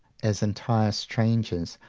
as entire strangers,